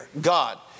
God